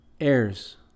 heirs